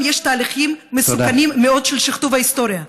תהליכים מסוכנים מאוד של שכתוב ההיסטוריה.